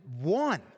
won